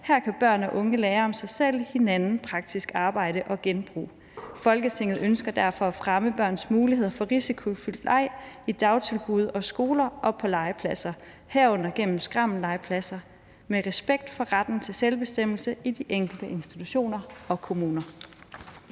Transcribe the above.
Her kan børn og unge lære om sig selv, hinanden, praktisk arbejde og genbrug. Folketinget ønsker derfor at fremme børns muligheder for risikofyldt leg i dagtilbud og skoler og på legepladser, herunder gennem skrammellegepladser, med respekt for retten til selvbestemmelse i de enkelte intuitioner og kommuner.«